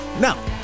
Now